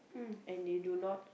and they do not